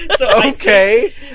Okay